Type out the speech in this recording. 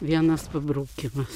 vienas pabraukimas